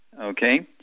Okay